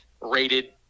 rated